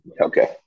Okay